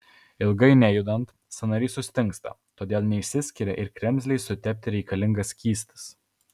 ilgai nejudant sąnariai sustingsta todėl neišsiskiria ir kremzlei sutepti reikalingas skystis